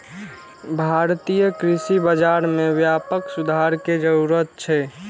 भारतीय कृषि बाजार मे व्यापक सुधार के जरूरत छै